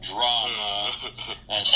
Drama